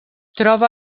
troba